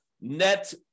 net